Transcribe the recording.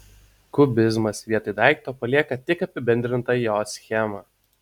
kubizmas vietoj daikto palieka tik apibendrintą jo schemą